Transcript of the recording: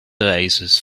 oasis